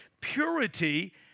purity